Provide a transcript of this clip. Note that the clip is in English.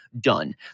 done